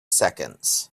seconds